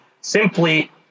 Simply